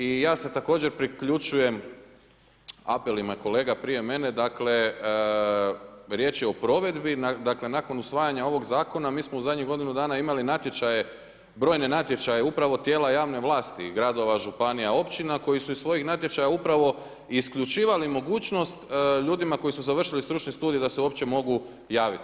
I ja se također priključujem apelima kolega prije mene, dakle, riječ je o provedbi nakon usvajanja ovog Zakona, mi smo u zadnjih godinu dana imali natječaje brojne natječaje upravo tijela javne vlasti, gradova, županija, općina koji su iz svojih natječaja upravo isključivali mogućnost ljudima koji su završili stručni studij da se uopće mogu javiti.